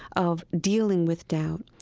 of dealing with doubt,